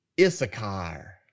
Issachar